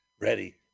Ready